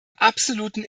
absoluten